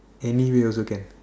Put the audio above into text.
anyway also can